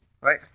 right